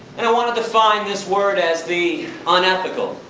and i want to define this word as the unethical,